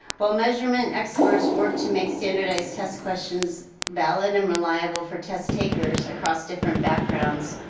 while measurement experts work to make standardized test questions valid and reliable for test takers across different backgrounds,